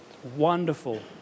Wonderful